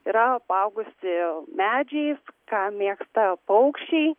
yra apaugusi medžiais ką mėgsta paukščiai